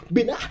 Bina